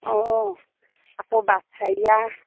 অঁ আকৌ বাছ হেৰিয়াৰ